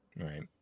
Right